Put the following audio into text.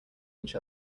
each